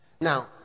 now